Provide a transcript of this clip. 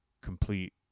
complete